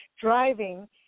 driving